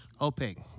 Opaque